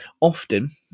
Often